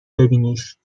ببینیش